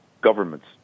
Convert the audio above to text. governments